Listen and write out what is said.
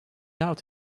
out